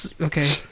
okay